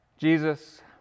Jesus